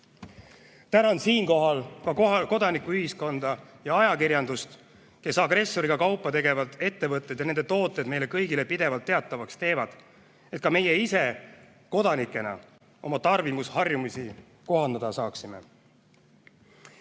siinkohal ka kodanikuühiskonda ja ajakirjandust, kes agressoriga kaupa tegevad ettevõtted ja nende tooted meile kõigile pidevalt teatavaks teevad, et ka meie ise kodanikena oma tarbimisharjumusi kohandada saaksime. Hea